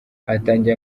hatangiye